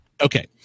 Okay